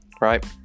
right